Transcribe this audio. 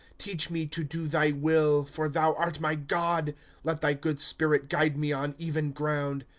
teach me to do thy will. for thou art my god let thy good spirit guide me on even ground.